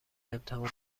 امتحان